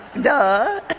Duh